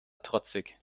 trotzig